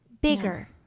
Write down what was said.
bigger